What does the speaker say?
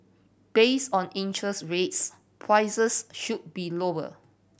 based on interest rates prices should be lower